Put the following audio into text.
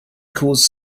cause